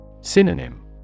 Synonym